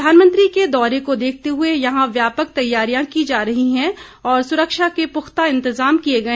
प्रधानमंत्री के दौरे को देखते हुए यहां व्यापक तैयारियां की जा रही हैं और सुरक्षा के पुख्ता इंतजाम किए गए